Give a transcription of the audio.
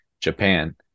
japan